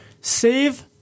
Save